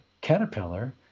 caterpillar